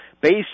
based